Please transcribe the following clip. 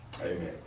Amen